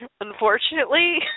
Unfortunately